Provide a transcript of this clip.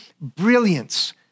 Brilliance